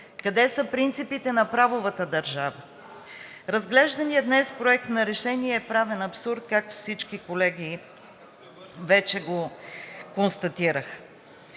Къде са принципите на правовата държава? Разглежданият днес Проект на решение е правен абсурд, както всички колеги вече констатираха.